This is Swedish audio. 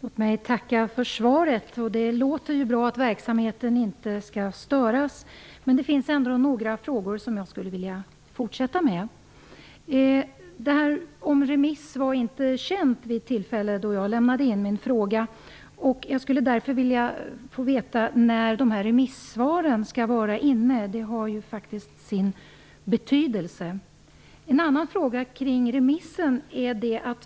Låt mig tacka för svaret. Det låter bra att verksamheten inte skall störas, men det finns ändå några frågor jag skulle vilja fortsätta med. Att rapporten har lämnats ut på remiss var inte känt vid det tillfälle då jag lämnade in min fråga. Jag skulle därför vilja veta när remissvaren skall vara inne. Det har faktiskt sin betydelse. En annan fråga kring remissen är följande.